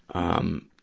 um,